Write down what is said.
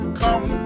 come